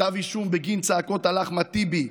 כתב אישום בגין צעקות על אחמד טיבי,